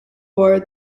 war